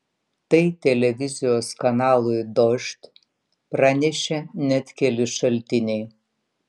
tai televizijos kanalui dožd pranešė net keli šaltiniai